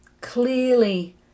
clearly